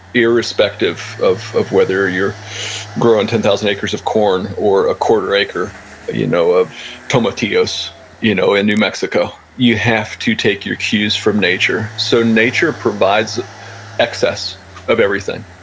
irrespective of of whether you're growing ten thousand acres of corn or a quarter acre but you know of tomatillos you know in new mexico you have to take your cues from nature. so nature provides excess of everything.